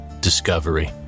Discovery